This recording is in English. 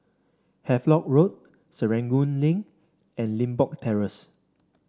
Havelock Road Serangoon Link and Limbok Terrace